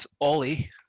Ollie